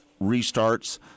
restarts